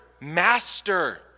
master